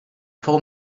phone